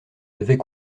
devait